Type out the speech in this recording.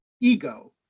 ego